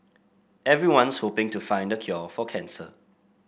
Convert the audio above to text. everyone's hoping to find the cure for cancer